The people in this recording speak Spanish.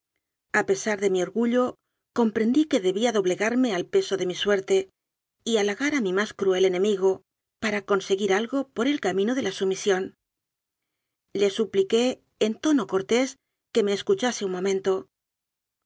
pesar de mi orgullo comprendí que debía doblegarme al peso de mi suerte y halagar a mi más cruel enemigo para conseguir algo por el camino de la sumisión le supliqué en tono cortés que me escuchase un momento